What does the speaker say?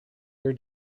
your